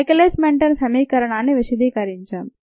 Michaelis Menten సమీకరణాన్ని విశదీకరించాం